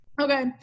Okay